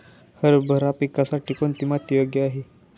हरभरा पिकासाठी कोणती माती योग्य आहे?